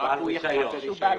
שהוא בעל ברישיון.